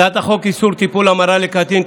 מטרת הצעת חוק איסור טיפול המרה לקטין,